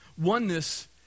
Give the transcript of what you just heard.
Oneness